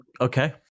Okay